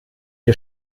ihr